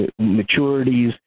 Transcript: maturities